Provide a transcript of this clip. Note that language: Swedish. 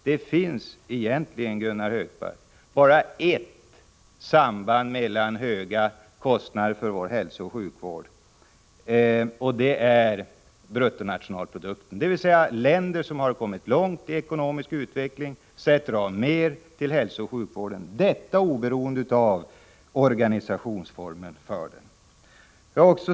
Det finns egentligen, Gunnar Hökmark, bara ett mätbart samband, nämligen mellan kostnaderna för hälsooch sjukvården och bruttonationalprodukten. Länder som har kommit långt i ekonomisk utveckling sätter av mer till hälsooch sjukvården än andra länder, detta oberoende av organisationsformen för sjukvården.